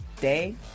day